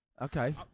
Okay